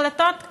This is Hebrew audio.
החלטות קטנות,